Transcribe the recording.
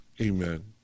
Amen